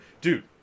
dude